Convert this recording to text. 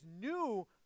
new